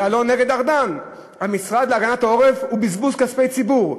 יעלון נגד ארדן: המשרד להגנת העורף הוא בזבוז כספי ציבור.